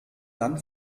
dann